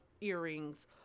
earrings